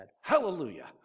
hallelujah